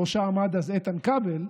שבראשה עמד אז איתן כבל,